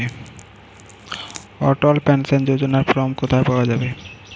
অটল pension যোজনার form কোথায় পাওয়া যাবে?